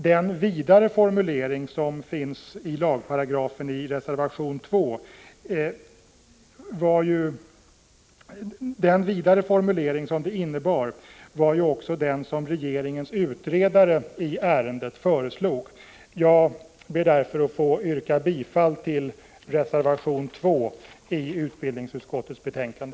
Den vidare formulering som finns i reservationen är också den som regeringens utredare i ärendet föreslog. Jag ber därför att få yrka bifall till reservation 2 i utbildningsutskottets betänkande.